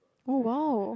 oh !wow!